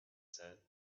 said